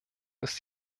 ist